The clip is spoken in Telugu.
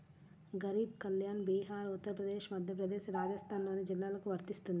గరీబ్ కళ్యాణ్ బీహార్, ఉత్తరప్రదేశ్, మధ్యప్రదేశ్, రాజస్థాన్లోని జిల్లాలకు వర్తిస్తుంది